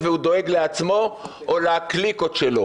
והוא דואג לעצמו או לקליקות שלו.